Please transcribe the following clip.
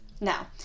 Now